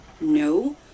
No